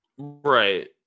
right